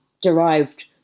derived